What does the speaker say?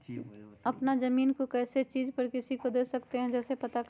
अपना जमीन को कैसे लीज पर किसी को दे सकते है कैसे पता करें?